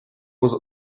was